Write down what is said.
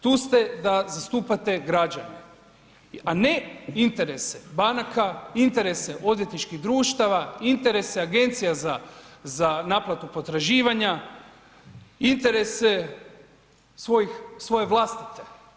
Tu ste da zastupate građane, a ne interese banaka, interese odvjetničkih društava, interese Agencija za naplatu potraživanja, interese svoje vlastite.